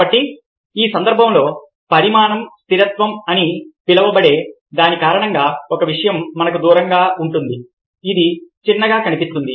కాబట్టి ఈ సందర్భంలో పరిమాణం స్థిరత్వం అని పిలువబడే దాని కారణంగా ఒక విషయం మనకు దూరంగా ఉంటుంది అది చిన్నదిగా కనిపిస్తుంది